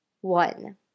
one